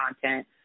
content